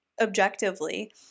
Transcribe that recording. objectively